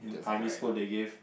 primary school they gave